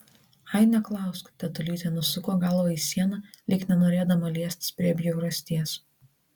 ai neklausk tetulytė nusuko galvą į sieną lyg nenorėdama liestis prie bjaurasties